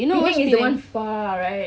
is it the one far right